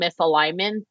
misalignment